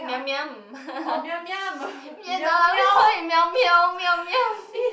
Yum Yum ya the we always call it meow meow meow meow